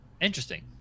Interesting